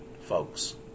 folks